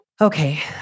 Okay